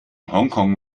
hongkong